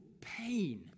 pain